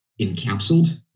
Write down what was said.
encapsulated